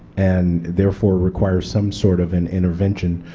and therefore require some sort of an intervention.